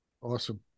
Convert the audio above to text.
awesome